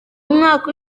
mwaka